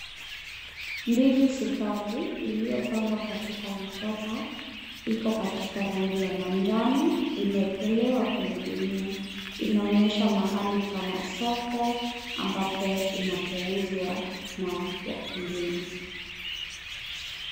Ndizi sukari iliyopangwa katika matopa iko katika rangi ya manjano, imeekelewa kwenye gunia. Inaonyesha mahali kama masoko ambapo inapuuzwa na wakulima.